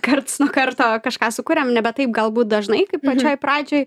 karts nuo karto kažką sukuriam nebe taip galbūt dažnai kaip pačioj pradžioj